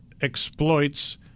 exploits